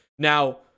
Now